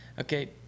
Okay